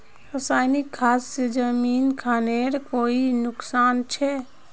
रासायनिक खाद से जमीन खानेर कोई नुकसान छे?